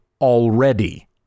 already